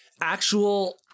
actual